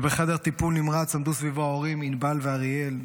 ובחדר הטיפול הנמרץ עמדו סביבו ההורים ענבל ואריאל,